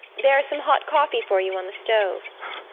there is some hot coffee for you on the stove.